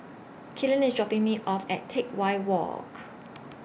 Killian IS dropping Me off At Teck Whye Walk